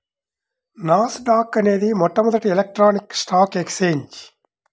నాస్ dock అనేది మొట్టమొదటి electronic stock exchange